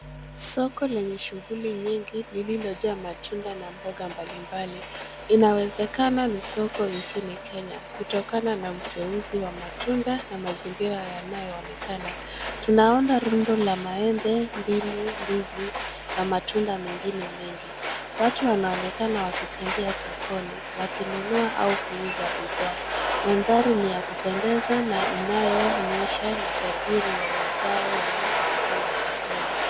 Soko lenye shughuli nyingi lililojaa matunda na mboga mbalimbali. Inawezekana ni soko nchini Kenya, kutokana na uteuzi wa matunda na mazingira yanayoonekana. Tunaona rundo la maembe, ndimu, ndizi na matunda mengine mengi. Watu wanaonekana wakitembea sokoni, wakinunua au kuuza bidhaa. Mandhari ni ya kupendeza na inayoonyesha utajiri wa mazao yanayopatikana sokoni.